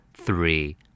three